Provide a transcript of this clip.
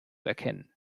erkennen